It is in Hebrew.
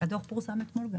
הדוח של הממ"מ פורסם גם